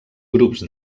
grups